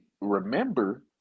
remember